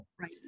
Right